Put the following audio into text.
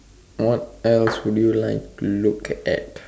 what else would you like to look at at